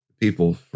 people